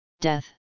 death